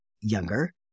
younger